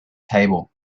table